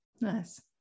Nice